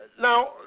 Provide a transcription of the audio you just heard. now